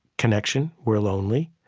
connection, we're lonely,